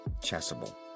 Chasuble